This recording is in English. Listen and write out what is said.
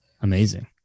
Amazing